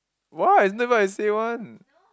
what is not even I say one